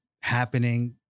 happening